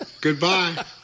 Goodbye